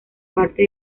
parte